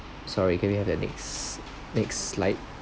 sorry can we have the next next slide